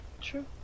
true